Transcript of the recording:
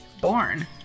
Born